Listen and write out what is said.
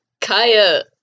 kaya